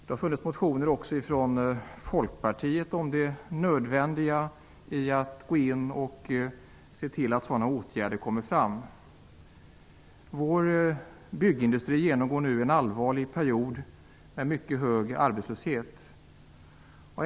Det har funnits motioner också från Folkpartiet om det nödvändiga i att åtgärder vidtas på detta område. Vår byggindustri genomgår nu en allvarlig period med mycket hög arbetslöshet.